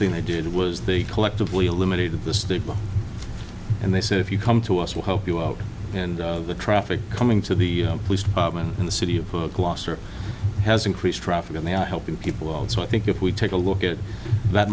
thing i did was they collectively eliminated the state and they said if you come to us we'll help you out and the traffic coming to the police department in the city of kloster has increased traffic and they are helping people out so i think if we take a look at that